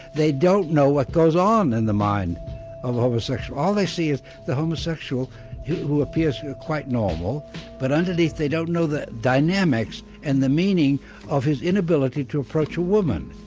they don't know what goes on in the mind of a homosexual, all they see is the homosexual who appears quite normal but underneath they don't know the dynamics and the meaning of his inability to approach a woman,